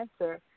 answer